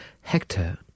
Hector